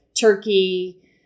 turkey